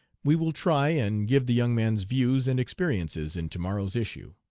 we will try and give the young man's views and experiences in tomorrow's issue.